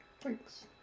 Thanks